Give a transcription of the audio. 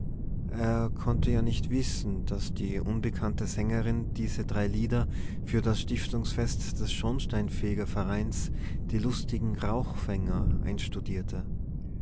er konnte ja nicht wissen daß die unbekannte sängerin diese drei lieder für das stiftungsfest des schornsteinfegervereins die lustigen rauchfänger einstudierte